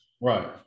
Right